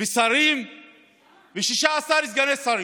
ושרים ו-16 סגני שרים,